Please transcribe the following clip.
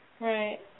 Right